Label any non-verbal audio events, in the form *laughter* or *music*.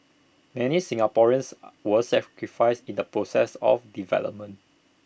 many Singaporeans *hesitation* were sacrificed in the process of development